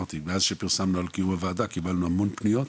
מאז שפרסמנו על קיום הוועדה קיבלנו המון פניות.